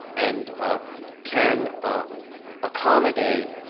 and can accommodate